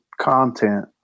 content